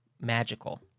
magical